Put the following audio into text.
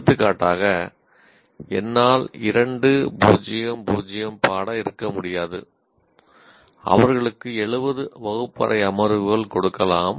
எடுத்துக்காட்டாக என்னால் 2 0 0 பாடம் இருக்க முடியாது அவர்களுக்கு 70 வகுப்பறை அமர்வுகள் கொடுக்கலாம்